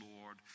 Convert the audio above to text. Lord